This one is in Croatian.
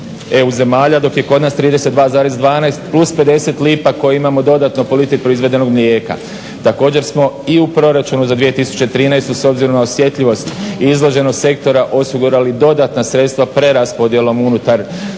EU zemalja, dok je kod nas 32,12 plus 50 lipa koje imamo dodatno po litri proizvedenog mlijeka. Također smo i u proračunu za 2013. s obzirom na osjetljivost i izloženost sektora osigurali dodatna sredstva preraspodjelom unutar